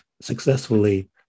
successfully